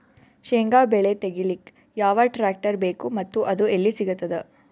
ಶೇಂಗಾ ಬೆಳೆ ತೆಗಿಲಿಕ್ ಯಾವ ಟ್ಟ್ರ್ಯಾಕ್ಟರ್ ಬೇಕು ಮತ್ತ ಅದು ಎಲ್ಲಿ ಸಿಗತದ?